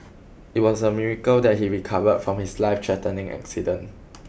it was a miracle that he recovered from his life threatening accident